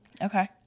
Okay